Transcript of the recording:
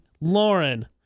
Lauren